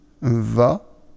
va